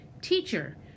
Teacher